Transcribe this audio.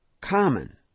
common